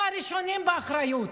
הם הראשונים, אחריות.